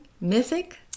Mythic